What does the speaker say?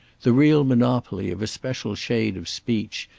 the real monopoly of a special shade of speech,